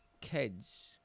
kids